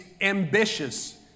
ambitious